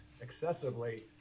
excessively